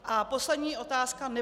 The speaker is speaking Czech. A poslední otázka.